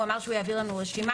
הוא אמר שהוא העביר לנו רשימה.